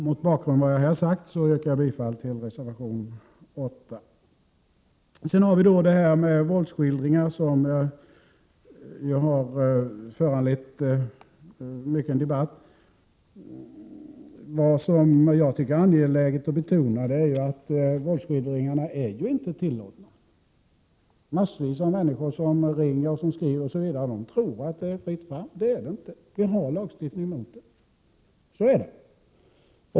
Mot bakgrund av vad jag här har sagt yrkar jag bifall till reservation 8. Sedan har vi då frågan om våldsskildringar, som ju föranlett mycken debatt. Vad jag tycker är angeläget att betona är att våldsskildringar inte är tillåtna. Massvis av människor som ringer och skriver om detta tror att det är fritt fram för våldsskildringar. Det är det inte. Vi har en lagstiftning mot det.